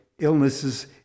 illnesses